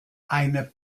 eine